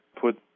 put